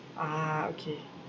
ah okay